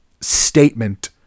statement